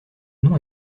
nom